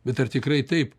bet ar tikrai taip